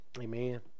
Amen